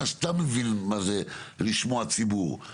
מה שאתה מבין מה זה לשמוע ציבור.